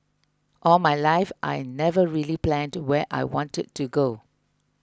all my life I never really planned where I wanted to go